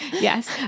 Yes